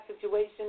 situation